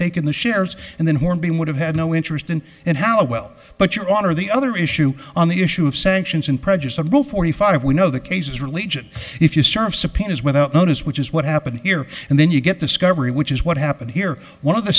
taken the shares and then hornbeam would have had no interest in and how well but your honor the other issue on the issue of sanctions and prejudice i go forty five we know the cases are legion if you serve subpoenas without notice which is what happened here and then you get discovery which is what happened here one of the